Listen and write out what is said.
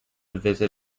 visit